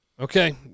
Okay